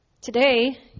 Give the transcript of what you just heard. today